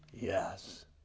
yes